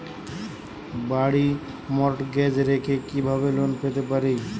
বাড়ি মর্টগেজ রেখে কিভাবে লোন পেতে পারি?